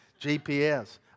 GPS